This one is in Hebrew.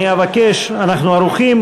אנחנו ערוכים.